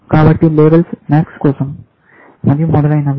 కాబట్టి labels MAX కోసం మరియు మొదలైనవి